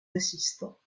assistants